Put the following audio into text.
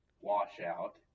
washout